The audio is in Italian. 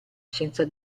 senza